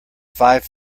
five